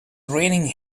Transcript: raining